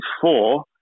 four